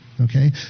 Okay